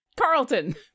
Carlton